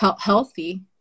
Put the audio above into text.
healthy